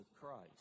Christ